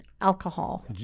alcohol